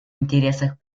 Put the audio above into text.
интересах